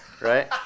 Right